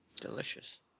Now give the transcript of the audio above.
Delicious